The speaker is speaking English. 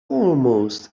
almost